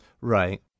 Right